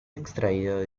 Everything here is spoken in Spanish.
extraído